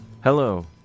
Hello